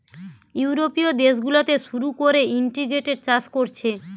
ইউরোপীয় দেশ গুলাতে শুরু কোরে ইন্টিগ্রেটেড চাষ কোরছে